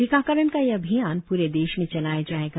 टीकाकरण का यह अभियान प्रे देश में चलाया जायेगा